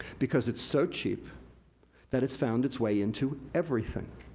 because it's so cheap that it's found it's way into everything.